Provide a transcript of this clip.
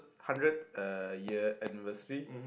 hundred uh year anniversary